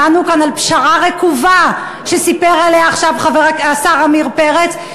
שמענו כאן על פשרה רקובה שסיפר עליה עכשיו השר עמיר פרץ,